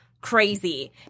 crazy